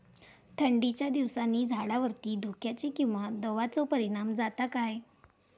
थंडीच्या दिवसानी झाडावरती धुक्याचे किंवा दवाचो परिणाम जाता काय?